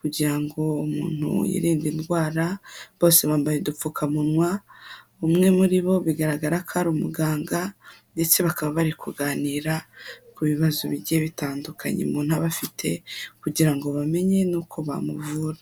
kugira ngo umuntu yirinde indwara, bose bambaye udupfukamunwa, umwe muri bo bigaragara ko ari umuganga, ndetse bakaba bari kuganira, ku bibazo bigiye bitandukanye umuntu aba afite, kugira ngo bamenye n'uko bamuvura.